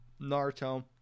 Naruto